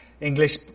English